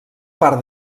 part